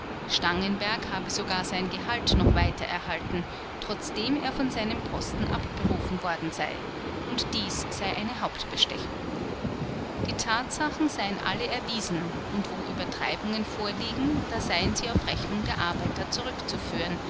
stangenberg habe sogar sein gehalt noch weiter erhalten trotzdem er von seinem posten abberufen worden sei und dies sei eine hauptbestechung die tatsachen seien alle erwiesen und wo übertreibungen vorliegen da seien sie auf rechnung der arbeiter zurückzuführen